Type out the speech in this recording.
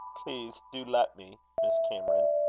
please, do let me, miss cameron.